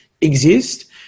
exist